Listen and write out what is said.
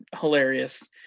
hilarious